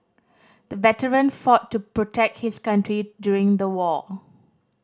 the veteran fought to protect his country during the war